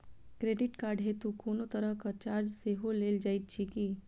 Credit card हेतु कोनो तरहक चार्ज सेहो लेल जाइत अछि की?